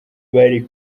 bari